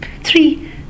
Three